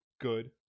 good